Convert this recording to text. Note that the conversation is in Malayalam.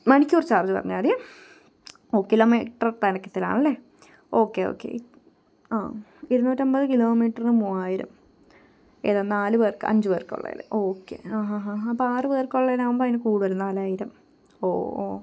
മണിക്കൂര് ചാര്ജ് പറഞ്ഞാൽ മതിയെ ഒ കിലോ മീറ്റർ കാണിക്കത്തിലാണല്ലേ ഓക്കെ ഓക്കെ ആ ഇരുന്നൂറ്റൻപത് കിലോ മീറ്ററിന് മൂവായിരം ഏതാ നാലു പേർക്ക് അഞ്ചുപേര്ക്കുള്ളതിൽ ഓക്കെ അപ്പോൾ ആറുപേര്ക്കുള്ളതെന്നാകുമ്പം അതിന് കൂടുതൽ നാലായിരം ഒ ഓ